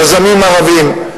יזמים ערבים,